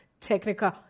technical